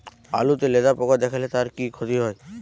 আলুতে লেদা পোকা দেখালে তার কি ক্ষতি হয়?